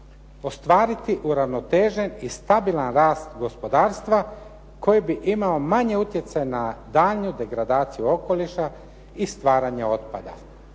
Ostvariti uravnotežen i stabilan rast gospodarstva koji bi imao manje utjecaja na daljnju degradaciju okoliša i stvaranja otpada.